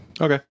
Okay